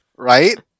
right